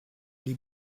les